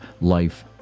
life